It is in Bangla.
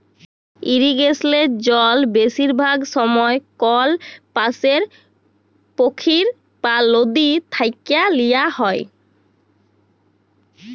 ইরিগেসলে জল বেশিরভাগ সময়ই কল পাশের পখ্ইর বা লদী থ্যাইকে লিয়া হ্যয়